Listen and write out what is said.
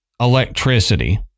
electricity